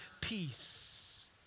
peace